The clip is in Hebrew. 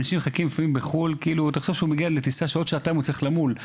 אנשים מחכים בחו"ל ותחשוב שבעוד שעתיים הוא צריך למול.